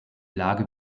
lage